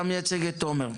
אתה מייצג בדיון הזה את תומר.